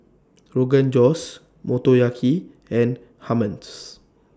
Rogan Josh Motoyaki and Hummus